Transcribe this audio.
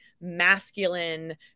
masculine